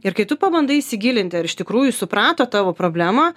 ir kai tu pabandai įsigilinti ar iš tikrųjų suprato tavo problemą